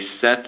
set